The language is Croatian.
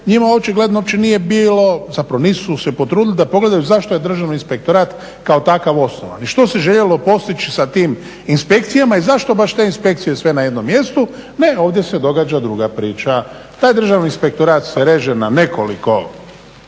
njima očigledno uopće nije bilo, zapravo nisu se potrudili da pogledaju zašto je Državni inspektorat kao takav osnovan i što se željelo postići sa tim inspekcijama i zašto baš te inspekcije sve na jednom mjestu. Ne, ovdje se događa druga priča. Taj Državni inspektorat se reže na nekoliko